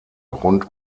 rund